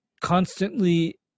constantly